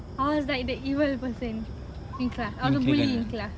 I was like the evil person in class I was the bully in class